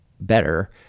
better